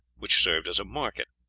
which served as a market,